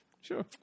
sure